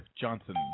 Johnson